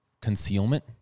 concealment